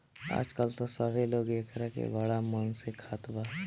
आजकल त सभे लोग एकरा के बड़ा मन से खात बा